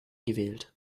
gewählt